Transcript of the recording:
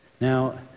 Now